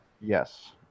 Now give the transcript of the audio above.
yes